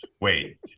wait